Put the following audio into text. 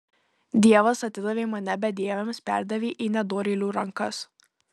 dievas atidavė mane bedieviams perdavė į nedorėlių rankas